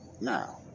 Now